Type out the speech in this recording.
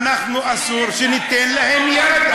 אסור שניתן להם יד,